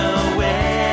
away